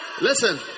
Listen